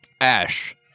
ash